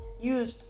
use